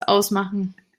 ausmachen